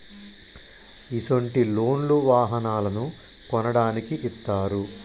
ఇసొంటి లోన్లు వాహనాలను కొనడానికి ఇత్తారు